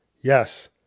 Yes